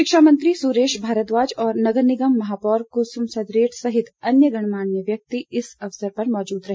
शिक्षा मंत्री सुरेश भारद्वाज और नगर निगम महापौर कुसुम सदरेट सहित अन्य गणमान्य व्यक्ति इस अवसर पर मौजूद रहे